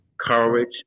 courage